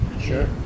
Sure